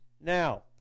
Now